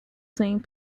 seeing